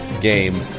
game